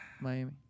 miami